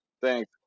Thanks